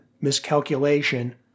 miscalculation